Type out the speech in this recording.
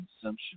consumption